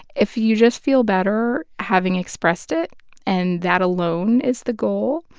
if you just feel better having expressed it and that alone is the goal,